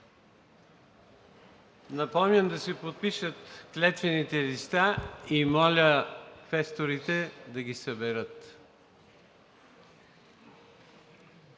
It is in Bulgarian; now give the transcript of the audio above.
Напомням да се подпишат клетвените листа и моля квесторите да ги съберат.